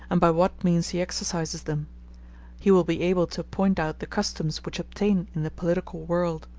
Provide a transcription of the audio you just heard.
and by what means he exercises them he will be able to point out the customs which obtain in the political world.